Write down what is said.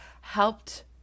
helped